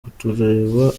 kutureba